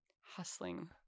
hustling